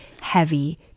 heavy